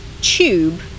tube